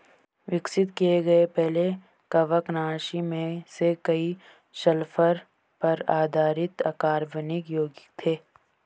विकसित किए गए पहले कवकनाशी में से कई सल्फर पर आधारित अकार्बनिक यौगिक थे